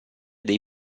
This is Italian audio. dei